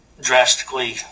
drastically